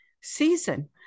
season